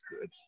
good